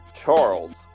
Charles